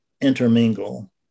intermingle